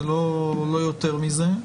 לא יותר מזה.